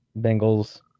Bengals